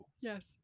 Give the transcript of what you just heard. Yes